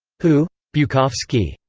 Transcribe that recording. who? bukovsky?